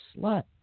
slut